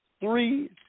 Three